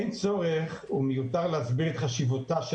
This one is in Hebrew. אין צורך ומיותר להסביר את חשיבותה של